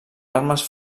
armes